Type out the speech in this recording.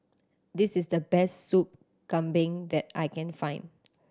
this is the best Sup Kambing that I can find